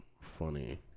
funny